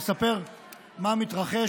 לספר מה מתרחש,